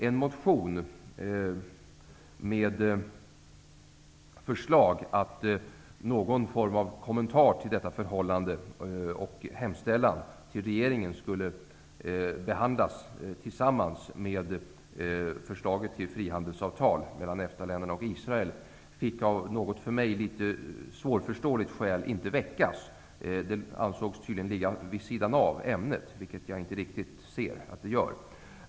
En motion med förslag att någon form av kommentar till detta förhållande och hemställan till regeringen skulle behandlas tillsammans med förslaget till frihandelsavtal mellan EFTA-länderna och Israel fick, av för mig svårförståeligt skäl, inte väckas. Det ansågs tydligen ligga litet vid sidan av ämnet; det kan jag inte riktigt se att det gör.